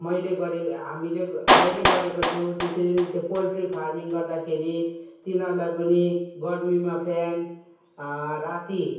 मैले गरेँ हामीले मैले गरेको छु त्यसरी नै त्यो पोल्ट्री फार्मिङ गर्दाखेरि तिनीहरूलाई पनि गर्मीमा फेन राती